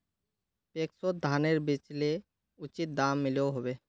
पैक्सोत धानेर बेचले उचित दाम मिलोहो होबे?